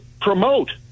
promote